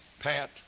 Pat